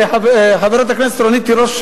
וחברת הכנסת רונית תירוש,